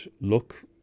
look